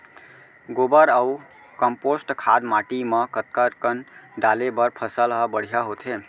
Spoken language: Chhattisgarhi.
गोबर अऊ कम्पोस्ट खाद माटी म कतका कन डाले बर फसल ह बढ़िया होथे?